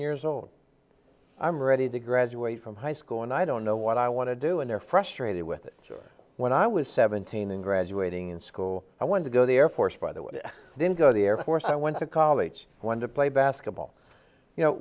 years old i'm ready to graduate from high school and i don't know what i want to do and they're frustrated with it when i was seventeen and graduating in school i wanted to go the air force by the way then go to the air force i went to college went to play basketball you know